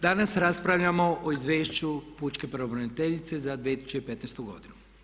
Danas raspravljamo o izvješću pučke pravobraniteljice za 2015. godinu.